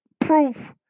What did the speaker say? proof